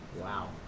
Wow